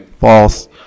False